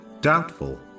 doubtful